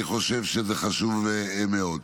אני חושב שזה חשוב מאוד.